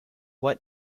what